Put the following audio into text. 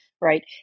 Right